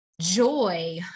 joy